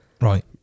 Right